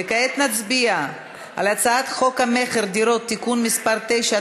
כעת נצביע על הצעת חוק המכר (דירות) (תיקון מס' 9),